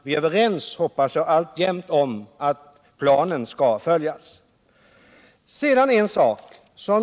Vi har kanske inte heller den personal som krävs.